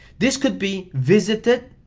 this could be visited,